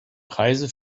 preise